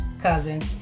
cousin